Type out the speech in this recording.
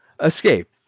escape